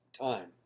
time